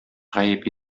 гаеп